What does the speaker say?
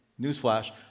newsflash